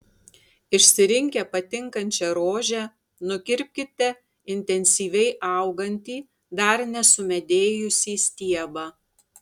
išsirinkę patinkančią rožę nukirpkite intensyviai augantį dar nesumedėjusį stiebą